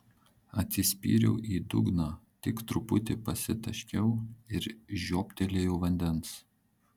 atsispyriau į dugną tik truputį pasitaškiau ir žiobtelėjau vandens